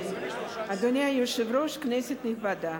אדוני היושב-ראש, כנסת נכבדה,